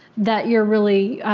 that you're really,